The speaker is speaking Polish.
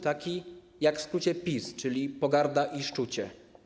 Taki jak w skrócie PiS, czyli: pogarda i szczucie.